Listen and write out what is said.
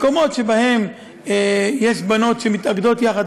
מקומות שבהם יש בנות שמתאגדות יחד